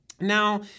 Now